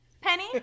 Penny